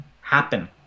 happen